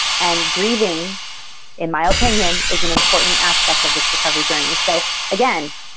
and grieving in my opinion is an important aspect of this recovery journey. so again,